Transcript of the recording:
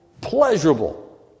pleasurable